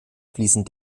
fließen